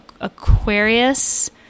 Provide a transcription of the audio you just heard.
Aquarius